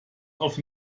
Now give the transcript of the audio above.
auf